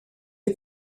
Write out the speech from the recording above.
est